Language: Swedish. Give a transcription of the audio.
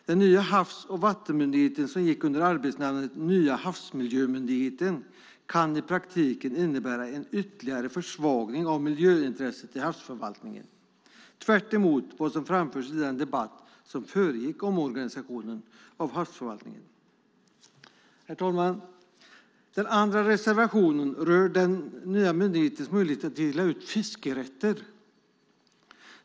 Den nya havs och vattenmyndigheten som gick under arbetsnamnet Nya havsmiljömyndigheten kan i praktiken innebära en ytterligare försvagning av miljöintresset i havsförvaltningen. Det är tvärtemot vad som framförts i den debatt som föregick omorganisationen av havsförvaltningen. Herr talman! Den andra reservationen rör den nya myndighetens möjlighet att dela ut fiskerättigheter.